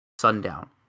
sundown